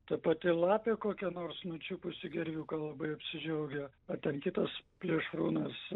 ta pati lapė kokia nors nučiupusi gerviuką labai apsidžiaugia ar ten kitas plėšrūnas